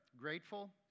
grateful